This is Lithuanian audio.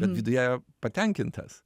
bet viduje patenkintas